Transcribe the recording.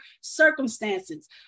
circumstances